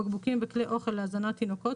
בקבוקים וכלי אוכל להזנת תינוקות,